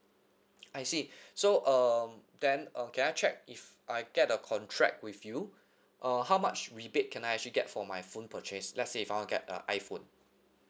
I see so uh then uh can I check if I get a contract with you uh how much rebate can I actually get for my phone purchase let's say if I want to get a iphone